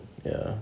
ya